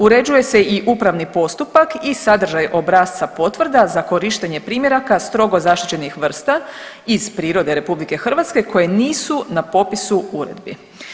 Uređuje se i upravni postupak i sadržaj obrasca potvrda za korištenje primjeraka strogo zaštićenih vrsta iz prirode RH koje nisu na popisu uredbi.